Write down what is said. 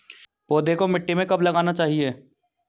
पौधे को मिट्टी में कब लगाना चाहिए?